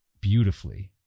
beautifully